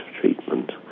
treatment